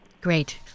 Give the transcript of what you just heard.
Great